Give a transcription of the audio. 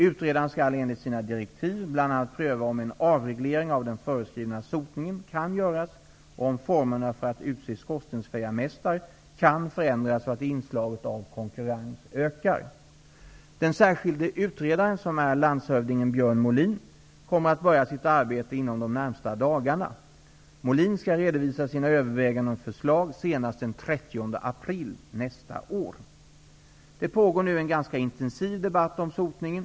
Utredaren skall enligt sina direktiv bl.a. pröva om en avreglering av den föreskrivna sotningen kan göras och om formerna för att utse skorstensfejarmästare kan förändras så att inslaget av konkurrens ökar . Björn Molin, kommer att börja sitt arbete inom de närmaste dagarna. Molin skall redovisa sina överväganden och förslag senast den 30 april nästa år. Det pågår nu en ganska intensiv debatt om sotningen.